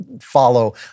follow